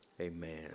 Amen